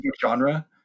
genre